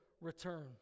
return